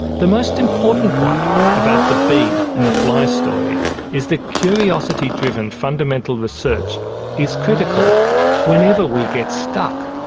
the most important point about the bee and the fly story is that curiosity-driven fundamental research is critical whenever we get stuck.